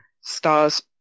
Stars